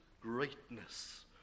greatness